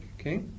Okay